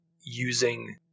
using